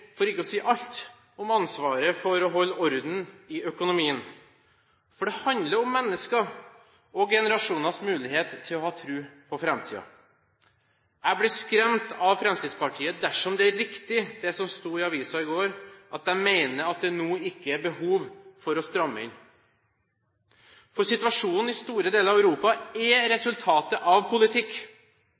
for ikke å si alt – om ansvaret for å holde orden i økonomien, for det handler om mennesker og generasjoners mulighet til å ha tro på framtiden. Jeg blir skremt av Fremskrittspartiet dersom det er riktig det som sto i avisen i går, at de mener at det nå ikke er behov for å stramme inn. For situasjonen i store deler av Europa er resultatet av politikk.